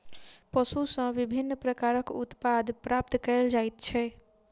पशु सॅ विभिन्न प्रकारक उत्पाद प्राप्त कयल जाइत छै